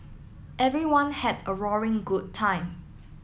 everyone had a roaring good time